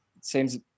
seems